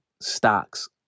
stocks